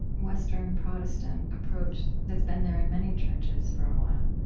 western protestant approach that's been there in many churches for a while